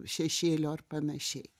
šešėlio ar panašiai